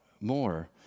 more